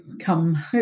come